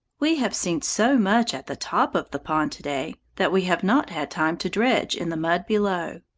we have seen so much at the top of the pond to-day that we have not had time to dredge in the mud below.